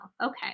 okay